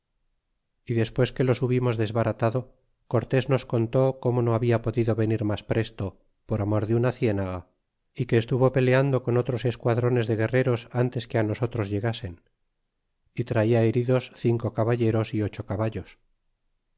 y despues que los hubimos desbaratado cortes nos contó como no habia podido venir mas presto por amor de una cienega y que estuvo peleando con otros esquadrones de guerreros antes que a nosotros llegasen y traia heridos cinco caballeros y ocho caballos